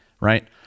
right